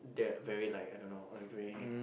they're very like I don't know Earl Grey